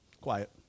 quiet